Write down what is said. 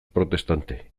protestante